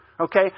okay